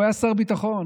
הוא היה שר ביטחון,